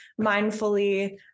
mindfully